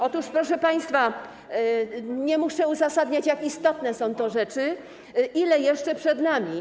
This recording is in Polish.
Otóż, proszę państwa, nie muszę uzasadniać, jak istotne są to rzeczy, ile jeszcze przed nami.